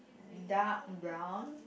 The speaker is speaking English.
dark brown